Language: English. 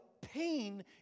pain